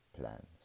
plans